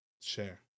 share